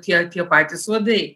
tie tie patys uodai